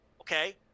Okay